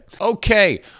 Okay